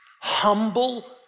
humble